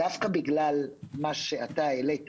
דווקא בגלל מה שהעלית,